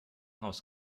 haus